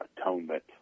Atonement